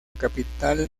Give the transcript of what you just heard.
capital